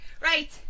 Right